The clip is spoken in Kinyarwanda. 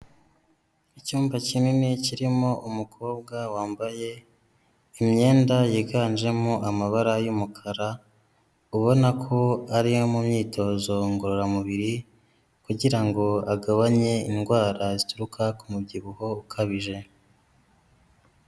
Icyumba kinini kirimo umukobwa wambaye imyenda yiganjemo amabara y'umukara, ubona ko ariyo mu myitozo ngororamubiri, kugira ngo agabanye indwara zituruka ku mubyibuho ukabije.